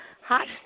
hot